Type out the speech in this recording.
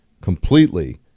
completely